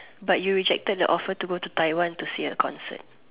but you rejected the offer to go to Taiwan to see a concert